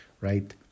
Right